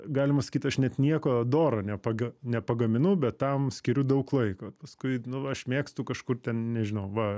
galima sakyt aš net nieko doro nepaga nepagaminu bet tam skiriu daug laiko paskui nu va aš mėgstu kažkur ten nežinau va